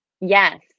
Yes